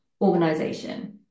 organization